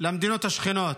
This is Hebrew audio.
למדינות השכנות.